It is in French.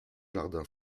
jardin